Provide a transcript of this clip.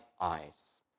eyes